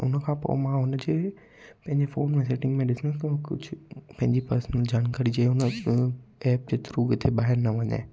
हुन खां पोइ मां हुनजे पंहिंजे फ़ोन जी सेटिंग में ॾिसंदुसि कि कुझु पंहिंजी पर्सनल जानकारी जे हुन एप जे थ्रू किथे ॿाहिरि न वञे